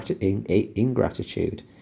ingratitude